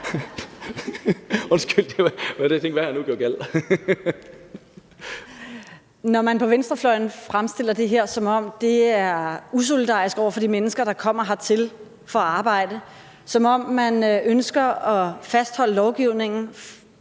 Undskyld. Jeg tænkte: Hvad har jeg nu gjort galt?). Kl. 10:25 Pernille Vermund (NB): Når venstrefløjen fremstiller det her, som om det er usolidarisk over for de mennesker, der kommer hertil for at arbejde, og ønsker at fastholde lovgivningen,